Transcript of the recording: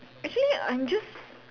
actually I'm just